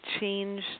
change